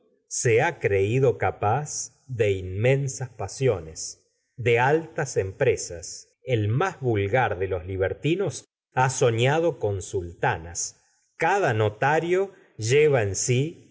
se ha creído capaz de inmensas pasiones de altas e m presas el más vulgar de los libertinos ha sofiado con sultanas cada notario lleva en sí